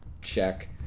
check